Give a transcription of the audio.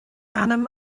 ainm